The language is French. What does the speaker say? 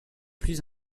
plus